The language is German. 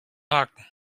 haken